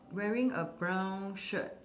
wearing a brown shirt